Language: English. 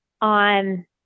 on